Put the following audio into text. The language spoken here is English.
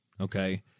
okay